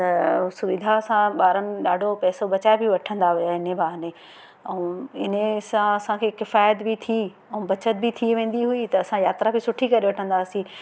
त सुविधा सां ॿारनि ॾाढो पैसो बचाए बि वठंदा हुया इने बहाने ऐं इने सां असांखे किफ़ाइत बि थी ऐं बचति बि थी वेंदी हुई त असां यात्रा बि सुठी करे वठंदा हुआसीं